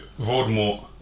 Voldemort